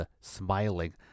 smiling